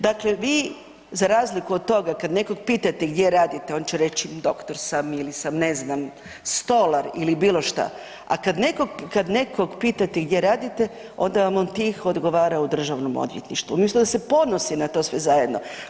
Dakle vi za razliku od toga kad nekog pitate gdje radite, on će reći doktor sam ili sam ne znam stolar ili bilo šta, a kada nekog pitate gdje radite onda vam on tiho odgovara u državnom odvjetništvu, umjesto da se ponosi na to sve zajedno.